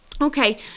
Okay